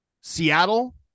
Seattle